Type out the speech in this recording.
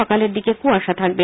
সকালের দিকে কুয়াশা থাকবে